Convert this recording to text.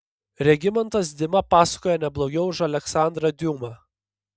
regimantas dima pasakoja ne blogiau už aleksandrą diuma